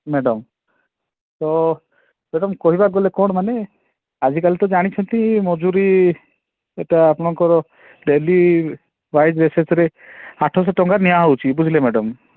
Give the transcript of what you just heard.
madam ତ ଦେଖନ୍ତୁ କହିବାକୁ ଗଲେ କ'ଣ ମାନେ ଆଜିକାଲି ତ ଜାଣିଛନ୍ତି ମଜୁରୀ ଏ ତ ଆପଣଙ୍କର ଡେଲି ୱାଇଜ୍ ବେସିସ୍ରେ ଆଠଶହଟଙ୍କା ନିଆ ହେଉଛି ବୁଝିଲେ ମ୍ୟାଡ଼ାମ୍